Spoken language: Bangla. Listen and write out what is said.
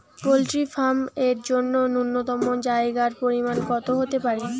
পোল্ট্রি ফার্ম এর জন্য নূন্যতম জায়গার পরিমাপ কত হতে পারে?